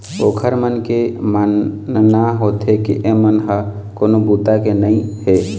ओखर मन के मानना होथे के एमन ह कोनो बूता के नइ हे